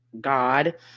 God